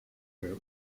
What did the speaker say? where